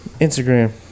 Instagram